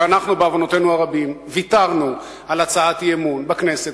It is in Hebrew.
ואנחנו בעוונותינו הרבים ויתרנו על הצעת אי-אמון בכנסת,